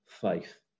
faith